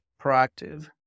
proactive